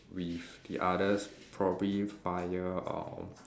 with the others probably via uh